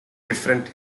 different